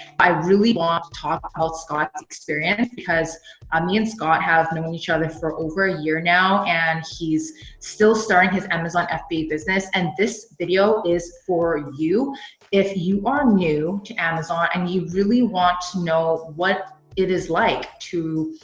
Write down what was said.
i really want to talk about scott's experience because um me and scott have known each other for over a year now and he's still starting his amazon fba business. and this video is for you if are new to amazon and you really want to know what it is like to